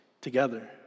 together